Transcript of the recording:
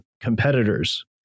competitors